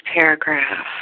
paragraph